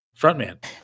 frontman